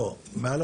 לא,